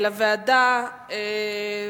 לדיון מוקדם בוועדה שתקבע